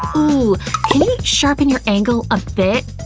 ooh, can you sharpen your angle a bit?